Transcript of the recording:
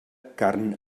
carn